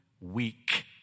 weak